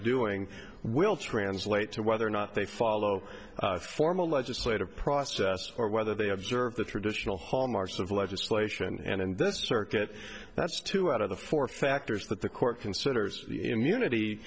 doing will translate to whether or not they follow form a legislative process or whether they observe the traditional hallmarks of legislation and this circuit that's two out of the four factors that the court considers the immunity